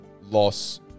loss